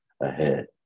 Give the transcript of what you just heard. ahead